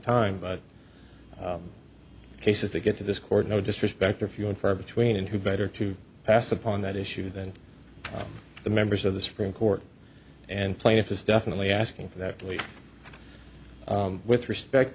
time but the cases that get to this court no disrespect are few and far between and who better to pass upon that issue than the members of the supreme court and plaintiff is definitely asking for that leave with respect